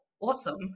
awesome